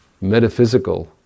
metaphysical